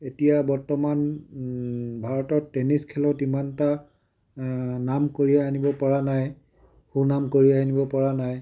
এতিয়া বৰ্তমান ভাৰতত টেনিছ খেলত ইমান এটা নাম কৰি আনিব পৰা নাই সুনাম কঢ়িয়াই আনিব পৰা নাই